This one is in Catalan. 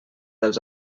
dels